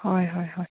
ꯍꯣꯏ ꯍꯣꯏ ꯍꯣꯏ